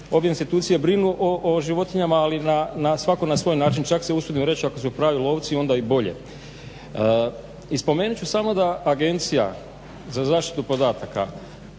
obje institucije brinu o životinjama ali na svako na svoj način. Čak se usudim reć ako su pravi lovci onda i bolje. I spomenut ću samo da Agencija za zaštitu podataka